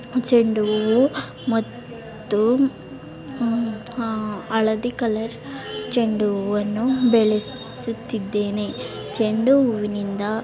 ಚೆಂಡು ಹೂ ಮತ್ತು ಹಳದಿ ಕಲರ್ ಚೆಂಡು ಹೂವನ್ನು ಬೆಳೆಸುತ್ತಿದ್ದೇನೆ ಚೆಂಡು ಹೂವಿನಿಂದ